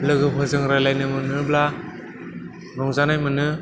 लोगोफोरजों रायज्लायनो मोनोब्ला रंजानाय मोनो